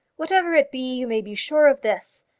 whatever it be, you may be sure of this,